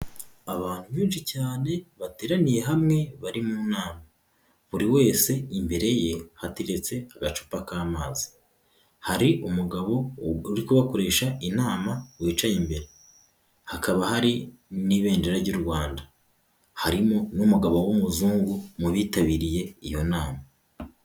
Abantu benshi cyane bateraniye hamwe bari mu nama, buri wese imbere ye hateretse agacupa k'amazi, hari umugabo uri kubakoresha inama wicaye imbere, hakaba hari n'ibendera ry'u Rwanda, harimo n'umugabo w'umuzungu mubitabiriye iyo nama.